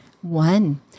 One